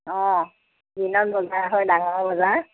অঁ দিনত বজাৰ হয় ডাঙৰ বজাৰ